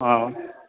हँ